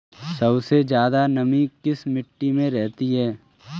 सबसे ज्यादा नमी किस मिट्टी में रहती है?